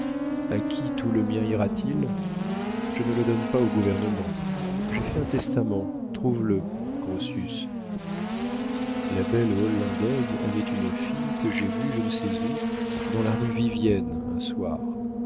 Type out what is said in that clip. a qui tout le mien ira-t-il je ne le donne pas au gouvernement j'ai fait un testament trouve le grotius la belle hollandaise avait une fille que j'ai vue je ne sais où dans la rue vivienne un soir